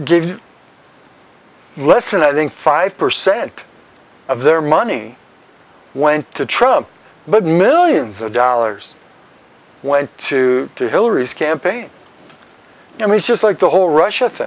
gave less and i think five percent of their money went to trump but millions of dollars went to to hillary's campaign i mean just like the whole russia